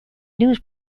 news